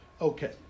Okay